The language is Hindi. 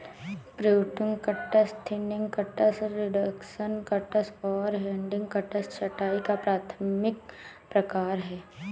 pruning cuts, thinning cuts, reduction cuts और हेडिंग कट्स छंटाई का प्राथमिक प्रकार हैं